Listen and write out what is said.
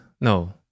No